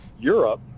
europe